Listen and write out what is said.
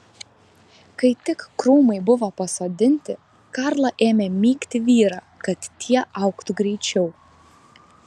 kai tik krūmai buvo pasodinti karla ėmė mygti vyrą kad tie augtų greičiau